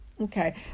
Okay